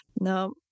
no